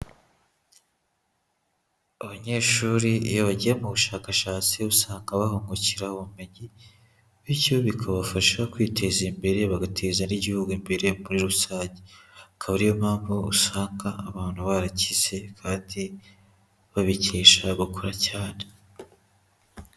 Abanyeshuri iyo bagiye mu bushakashatsi usanga bahungukira ubumenyi, bityo bikabafasha kwiteza imbere, bagateza n'igihugu imbere muri rusange. Akaba ariyo mpamvu usanga abantu barakize, kandi babikesha gukora cyane.